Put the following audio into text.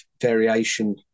variation